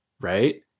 right